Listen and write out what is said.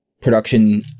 production